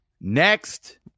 Next